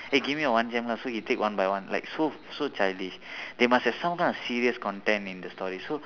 eh give me your one gem lah so he take one by one like so so childish they must have some kind of serious content in the story so